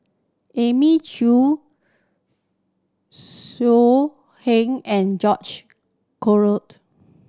Elim Chew So Heng and George Collyered